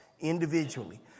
individually